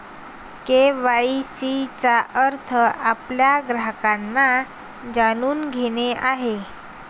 KYC चा अर्थ आपल्या ग्राहकांना जाणून घेणे आहे